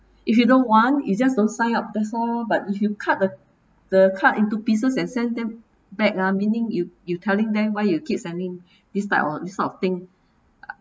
if you don't want you just don't sign up that's all lor but if you cut the the card into pieces and sent them back ah meaning you you telling them why you keep sending this type of this type of thing